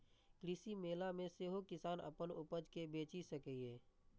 कृषि मेला मे सेहो किसान अपन उपज कें बेचि सकैए